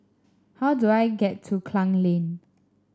how do I get to Klang Lane